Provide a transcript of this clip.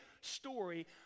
story